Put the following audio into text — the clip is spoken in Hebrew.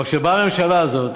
אבל כשבאה הממשלה הזאת,